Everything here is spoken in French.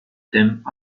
thèmes